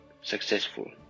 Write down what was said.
successful